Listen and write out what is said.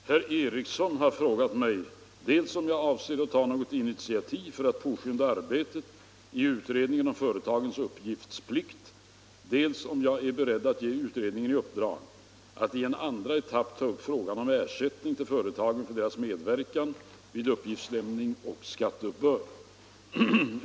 Herr talman! Herr Eriksson i Arvika har frågat mig dels om jag avser att ta något initiativ för att påskynda arbetet i utredningen om företagens uppgiftsplikt, dels om jag är beredd att ge utredningen i uppdrag att i en andra etapp ta upp frågan om ersättning till företagen för deras medverkan vid uppgiftslämning och skatteuppbörd.